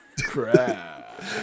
Crap